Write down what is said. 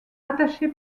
attaché